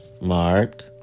mark